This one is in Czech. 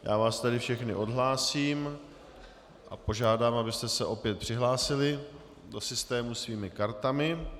Já vás tedy všechny odhlásím a požádám, abyste se opět přihlásili do systému svými kartami.